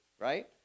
right